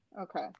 Okay